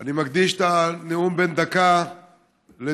אני מקדיש את הנאום בן דקה לדיווח